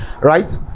Right